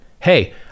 Hey